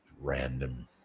random